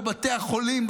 בבתי החולים,